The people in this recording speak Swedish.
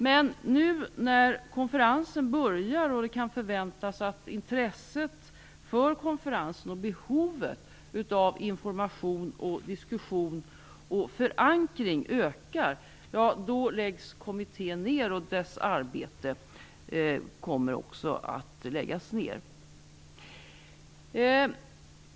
Men nu när konferensen börjar och det kan förväntas att intresset för konferensen och behovet av information, diskussion och förankring ökar, så läggs kommittén och dess arbete ned.